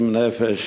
70 נפש